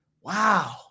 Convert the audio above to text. Wow